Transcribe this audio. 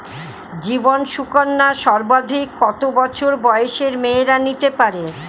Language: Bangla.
জীবন সুকন্যা সর্বাধিক কত বছর বয়সের মেয়েরা নিতে পারে?